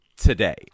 today